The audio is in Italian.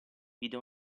vide